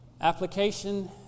Application